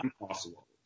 impossible